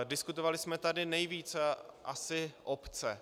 Diskutovali jsme tady nejvíc asi obce.